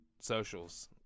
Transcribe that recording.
socials